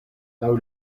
laŭ